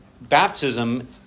baptism